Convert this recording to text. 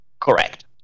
Correct